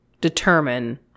determine